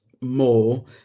more